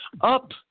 up